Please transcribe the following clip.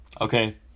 okay